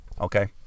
Okay